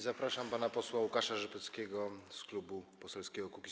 Zapraszam pana posła Łukasza Rzepeckiego z Klubu Poselskiego Kukiz’15.